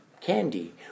candy